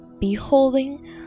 beholding